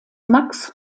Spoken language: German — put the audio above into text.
max